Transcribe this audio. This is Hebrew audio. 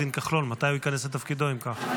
עו"ד כחלון, מתי הוא ייכנס לתפקידו, אם כך.